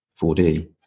4d